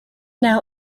now